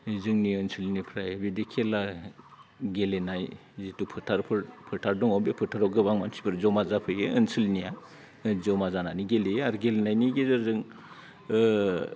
जोंनि ओनसोलनिफ्राय बिदि खेला गेलेनाय जिथु फोथारफोर फोथार दङ बे फोथाराव गोबां मानसिफोर जमा जाफैयो ओनसोलनिया जमा जानानै गेलेयो आरो गेलेनायनि गेजेरजों